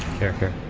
character